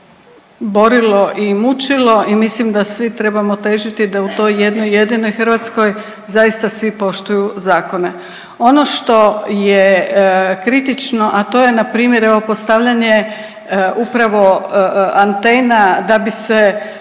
borilo i mučilo i mislim da svi trebamo težiti da u toj jedinoj Hrvatskoj zaista svi poštuju zakone. Ono što je kritično, a to je npr. evo postavljanje upravo antena da bi se